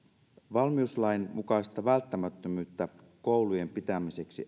valmiuslain mukaista välttämättömyyttä koulujen pitämiseksi